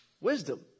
wisdom